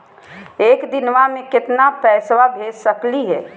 एक दिनवा मे केतना पैसवा भेज सकली हे?